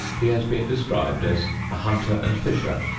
he has been described as a hunter and fisher,